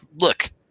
look